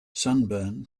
sunburn